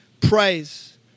praise